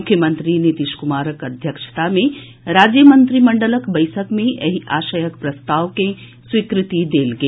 मुख्यमंत्री नीतीश कुमारक अध्यक्षता मे राज्य मंत्रिमंडलक बैसक मे एहि आशयक प्रस्ताव के स्वीकृति देल गेल